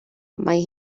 mae